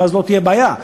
ואז לא תהיה בעיה,